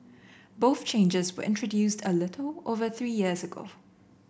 both changes were introduced a little over three years ago